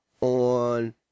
on